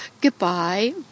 Goodbye